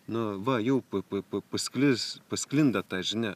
nu va jau pa pa pasklis pasklinda ta žinia